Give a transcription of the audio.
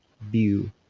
view